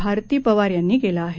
भारती पवार यांनी केला आहे